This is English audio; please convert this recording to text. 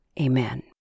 Amen